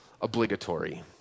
obligatory